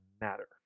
matter